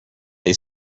they